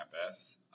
campus